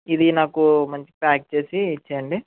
ఇది నాకు మంచి ప్యాక్ చేసి ఇచ్చేయండి